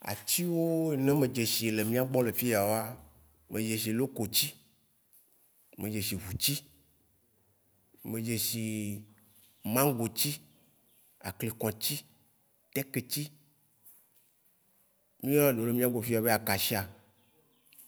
Atsi wo ne me dzeshi le mía gbɔ le fia wa, me dzeshi ɖo ko tsi, medzeshi ʋu tsi, medzeshi mãŋgu tsi, aklikɔ tsi, tek tsi, nua ye mía gbɔ le fia mí yɔna be akashia,